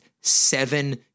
seven